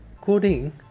coding